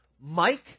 Mike